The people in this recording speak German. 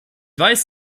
weiß